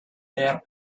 their